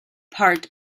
part